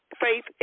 faith